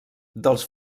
dels